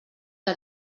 que